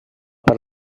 per